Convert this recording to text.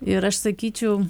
ir aš sakyčiau